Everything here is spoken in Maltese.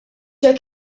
hekk